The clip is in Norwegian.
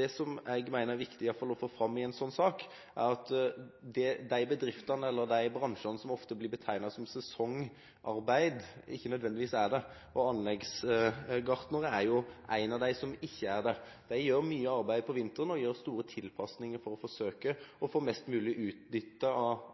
Det som jeg mener er viktig få fram i en slik sak, er at de bransjene som ofte blir betegnet som sesongarbeid, ikke nødvendigvis er det. Anleggsgartnere er en av dem som ikke er det. De gjør mye arbeid på vinteren og gjør store tilpasninger for å forsøke å få utnyttet de faste utgiftene mest mulig, f.eks. lastebiler eller annen type utstyr som de har investert i. Det jeg gjorde før jeg stilte spørsmålet, var å undersøke blant bedriftene. Av